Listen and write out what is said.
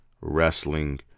wrestling